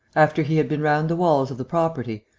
after he had been round the walls of the property,